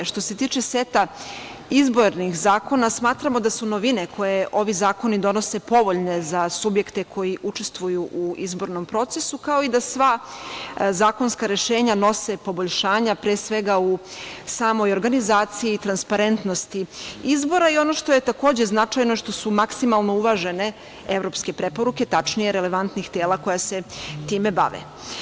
Što se tiče seta izbornih zakona, smatramo da su novine koje ovi zakoni donose povoljne za subjekte koji učestvuju u izbornom procesu, kao i da sva zakonska rešenja nose poboljšanja, pre svega, u samoj organizaciji i transparentnosti izbora, i ono što je takođe značajno, što su maksimalno uvažene evropske preporuke, tačnije relevantnih tela koja se time bave.